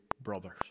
brothers